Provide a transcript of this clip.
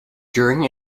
during